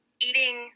eating